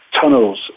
tunnels